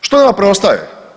Što nam preostaje?